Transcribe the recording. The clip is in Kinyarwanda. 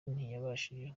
ntiyabashije